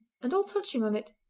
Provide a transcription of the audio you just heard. and all touching on it,